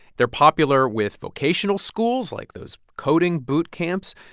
they're popular with vocational schools like those coding boot camps.